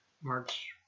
March